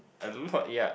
I look for Yap